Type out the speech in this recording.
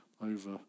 over